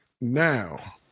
now